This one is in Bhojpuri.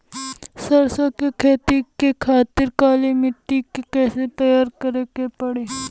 सरसो के खेती के खातिर काली माटी के कैसे तैयार करे के पड़ी?